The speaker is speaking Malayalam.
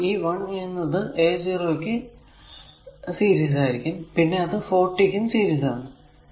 അപ്പോൾ ഈ 1a എന്നത് a0 ക്കു സീരീസ് ആയിരിക്കും പിന്നെ അത് 40 ക്കും സീരീസ് ആണ്